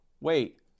wait